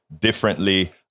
differently